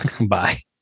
Bye